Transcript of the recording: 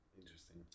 Interesting